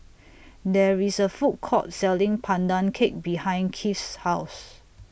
There IS A Food Court Selling Pandan Cake behind Kieth's House